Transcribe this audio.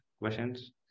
questions